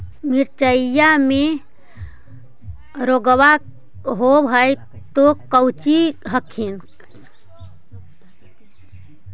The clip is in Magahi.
मिर्चया मे रोग्बा होब है तो कौची कर हखिन?